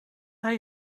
hij